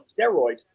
steroids